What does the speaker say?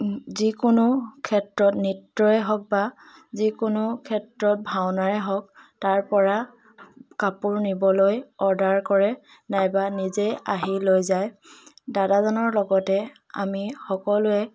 যিকোনো ক্ষেত্ৰত নৃত্যই হওক বা যিকোনো ক্ষেত্ৰত ভাওনাই হওক তাৰ পৰা কাপোৰ নিবলৈ অৰ্ডাৰ কৰে নাইবা নিজে আহি লৈ যায় দাদাজনৰ লগতে আমি সকলোৱে